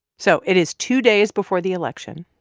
so it is two days before the election,